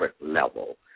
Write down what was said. level